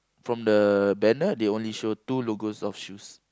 from the banner they only show two logos of shoes